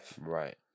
Right